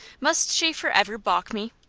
must she forever balk me?